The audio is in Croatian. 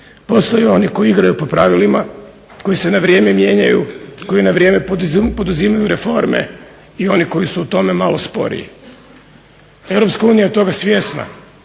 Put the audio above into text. Postoje oni koji igraju po pravilima, koji se na vrijeme mijenjanju, koji na vrijeme poduzimaju reforme i oni koji su u tome malo sporiji. Europska unija je toga svjesna